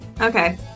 okay